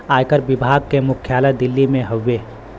आयकर विभाग के मुख्यालय दिल्ली में हउवे